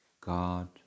God